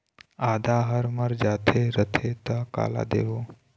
आदा हर मर जाथे रथे त काला देबो?